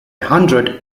hundred